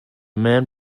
man